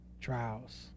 trials